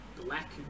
black